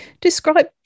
Describe